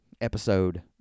episode